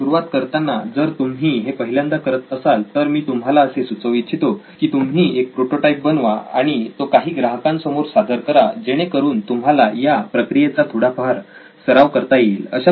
तर सुरुवात करताना जर तुम्ही हे पहिल्यांदा करत असाल तर मी तुम्हाला असे सुचवू इच्छितो की तुम्ही एक प्रोटोटाइप बनवा आणि तो काही ग्राहकांसमोर सादर करा जेणेकरून तुम्हाला या प्रक्रियेचा थोडाफार सराव करता येईल